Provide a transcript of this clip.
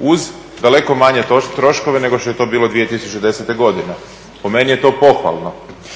uz daleko manje troškove nego što je to bilo 2010. godine, po meni je to pohvalno